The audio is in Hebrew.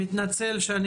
שמי נסיה יודיץ,